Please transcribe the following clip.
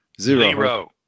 Zero